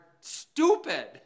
stupid